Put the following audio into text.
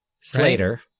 Slater